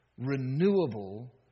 renewable